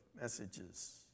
messages